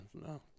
no